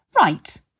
Right